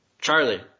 Charlie